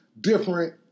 different